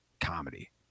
comedy